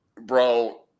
bro